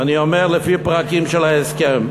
ואני אומר לפי הפרקים של ההסכם,